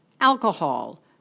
alcohol